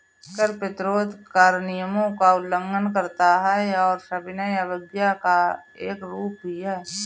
कर प्रतिरोध कर नियमों का उल्लंघन करता है और सविनय अवज्ञा का एक रूप भी है